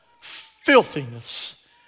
filthiness